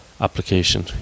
application